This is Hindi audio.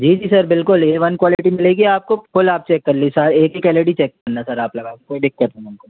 जी जी सर बिल्कुल ए वन क्वालिटी मिलेगी आपको फ़ुल आप चेक कर लीजिए एक एक एल ई डी चेक करना सर आप लगा कर कोई दिक्कत नहीं हमको